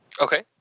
Okay